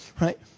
right